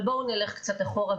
אבל בואו נלך קצת אחורה,